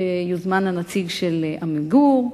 שיוזמן הנציג של "עמיגור",